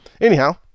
Anyhow